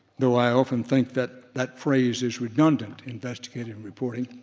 though i often think that that phrase is redundant, investigative reporting.